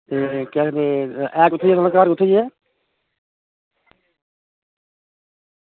ऐ कुत्थें भला घर कुत्थें जे ऐ